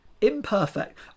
imperfect